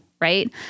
right